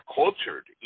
cultured